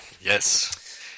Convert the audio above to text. Yes